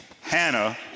Hannah